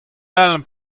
all